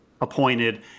appointed